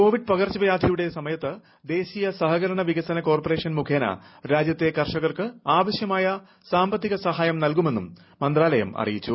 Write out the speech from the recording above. Covid പകർച്ചുവ്യാധിയുടെ സമയത്ത് ദേശീയ സഹകരണവികസന കോർപറേഷൻ മുഖേന രാജ്യത്തെ കർഷകർക്ക് ആവശ്യമായ സാമ്പത്തിക സഹായം നൽകുമെന്നും മന്ത്രാലയം അറിയിച്ചു